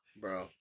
Bro